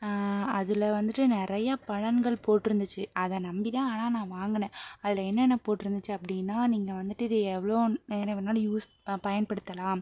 அதில் வந்துட்டு நிறையா பலன்கள் போட்டுருந்துச்சி அதை நம்பி தான் ஆனால் நான் வாங்கினேன் அதில் என்னென்ன போட்டுருந்துச்சி அப்படின்னா நீங்கள் வந்துட்டு இத எவ்வளோ நேரம் வேணாலும் யூஸ் பயன்படுத்தலாம்